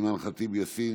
אימאן ח'טיב יאסין,